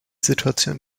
situation